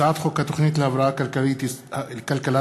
הצעת חוק התוכנית להבראת כלכלת ישראל